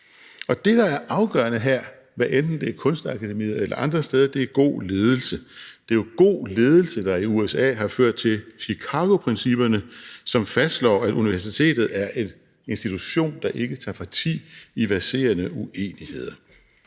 Det, der er afgørende her – hvad enten det er Kunstakademiet eller andre steder – er god ledelse. Det er jo god ledelse, der i USA har ført til Chicagoprincipperne, som fastslår, at universitetet er en institution, der ikke tager parti i verserende uenigheder.